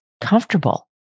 comfortable